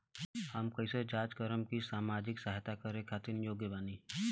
हम कइसे जांच करब की सामाजिक सहायता करे खातिर योग्य बानी?